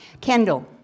Kendall